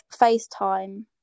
FaceTime